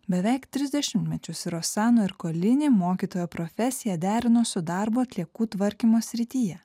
beveik tris dešimtmečius rosano erkolini mokytojo profesiją derino su darbu atliekų tvarkymo srityje